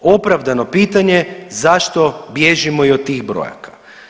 Opravdano pitanje zašto bježimo i od tih brojaka?